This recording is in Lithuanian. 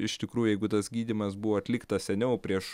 iš tikrųjų jeigu tas gydymas buvo atliktas seniau prieš